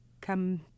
come